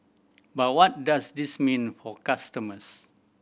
but what does this mean for customers